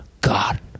God